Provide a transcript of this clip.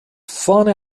vorne